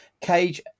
Cage